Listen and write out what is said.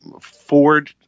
Ford